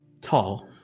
tall